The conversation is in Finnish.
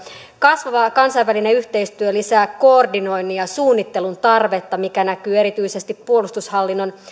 kasvava kansainvälinen yhteistyö lisää koordinoinnin ja suunnittelun tarvetta mikä näkyy erityisesti puolustushallinnon